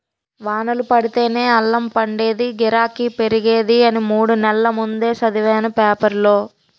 వానలు పడితేనే అల్లం పండేదీ, గిరాకీ పెరిగేది అని మూడు నెల్ల ముందే సదివేను పేపరులో